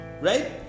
Right